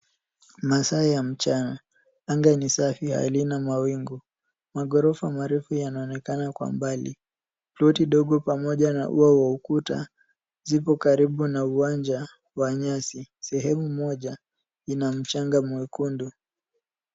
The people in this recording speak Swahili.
Masaa ya mchana. Anga ni safi halina mawingu. Maghorofa marefu yanaonekana kwa mbali. Ploti ndogo pamoja na ua wa ukuta zipo karibu na uwanja wa nyasi. Sehemu moja ina mchanga mwekundu.